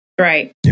Right